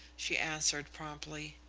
she answered promptly.